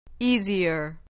Easier